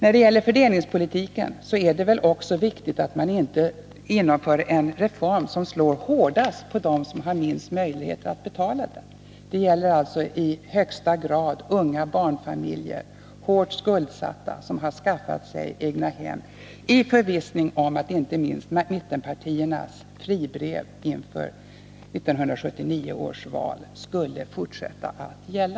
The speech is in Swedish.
Beträffande fördelningspolitiken är det väl också viktigt att man inte genomför en reform som slår hårdast på dem som har minst möjligheter att betala. Det gäller alltså i högsta grad unga barnfamiljer, hårt skuldsatta, som har skaffat sig egnahem, i förvissning om att inte minst mittenpartiernas fribrev inför 1979 års val skulle fortsätta att gälla.